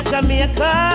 Jamaica